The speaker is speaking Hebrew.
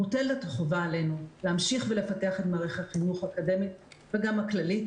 מוטלת החובה עלינו להמשיך ולפתח את מערכת החינוך האקדמית וגם הכללית,